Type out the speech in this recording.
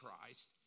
Christ